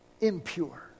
impure